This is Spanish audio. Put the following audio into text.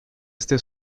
este